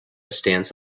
stance